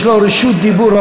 יש לו רשות דיבור,